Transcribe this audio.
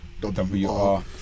W-R